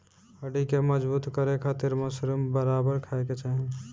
हड्डी के मजबूत करे खातिर मशरूम बराबर खाये के चाही